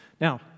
now